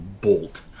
bolt